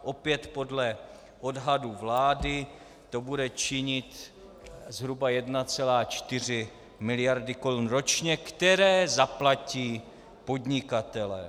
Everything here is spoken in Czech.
Opět podle odhadů vlády to bude činit zhruba 1,4 miliardy korun ročně, které zaplatí podnikatelé.